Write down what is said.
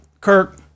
Kirk